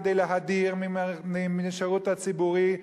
כדי להדיר מהשירות הציבורי,